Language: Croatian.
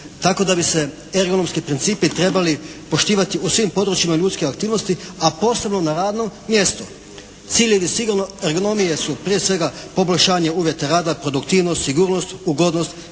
tako da bi se ergonomski principi trebali poštivati u svim područjima ljudske aktivnosti a posebno na radnom mjestu. Ciljevi sigurno ergonomije su prije svega poboljšanje uvjeta rada, produktivnost, sigurnost, ugodnost,